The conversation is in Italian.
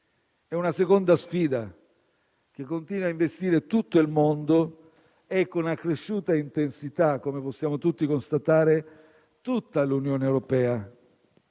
È una seconda sfida che continua a investire tutto il mondo e con una cresciuta intensità - come possiamo tutti constatare - tutta l'Unione europea.